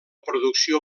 producció